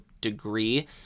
degree